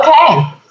Okay